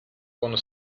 con